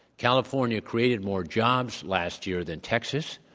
california created more jobs last year than texas,